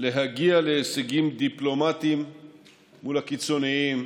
להגיע להישגים דיפלומטיים מול הקיצוניים,